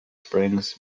springs